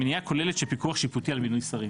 מניעה כוללת של פיקוח שיפוטי על מינוי שרים.